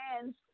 hands